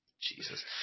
Jesus